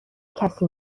کسی